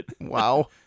Wow